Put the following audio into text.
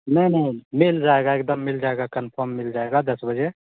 नहीं नहीं मिल जाएगा एक दम मिल जाएगा कन्फर्म मिल जाएगा दस बजे